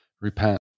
Repent